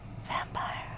vampire